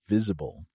Visible